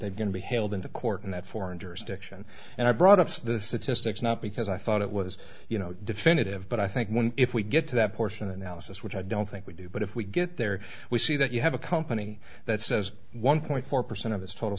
they're going to be hailed into court and that foreign jurisdiction and i brought up the statistics not because i thought it was you know definitive but i think when if we get to that portion analysis which i don't think we do but if we get there we see that you have a company that says one point four percent of its total